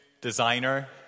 designer